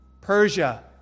Persia